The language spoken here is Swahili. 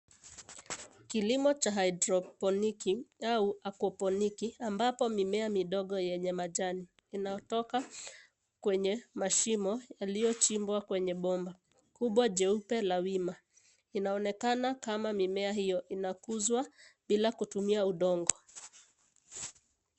Kilimo vha haidrofoniki au akuafoniki, ambapo mimea midogo yenye majani ,inatoka kwenye Mashimo yaliyochimbwa kwenye bomba, kubwa jeupe la wima inaonekana kama mimea hiyo inakuzwa bill kutumia udongo.